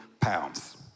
pounds